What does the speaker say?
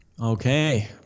Okay